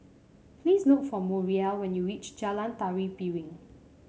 please look for Muriel when you reach Jalan Tari Piring